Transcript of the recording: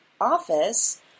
office